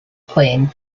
playing